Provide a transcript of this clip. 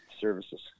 services